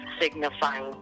signifying